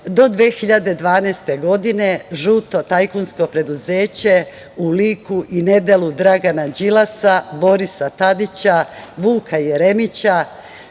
Do 2012. godine žuto tajkunsko preduzeće u liku i nedelu Dragana Đilasa, Borisa Tadića, Vuka Jeremića,